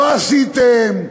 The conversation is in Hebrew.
לא עשיתם.